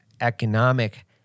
economic